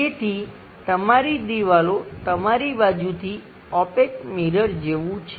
તેથી તમારી દિવાલો તમારી બાજુથી ઓપેક મિરર જેવું છે